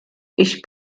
ich